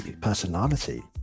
personality